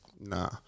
Nah